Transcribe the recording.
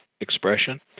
expression